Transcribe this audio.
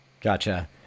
Gotcha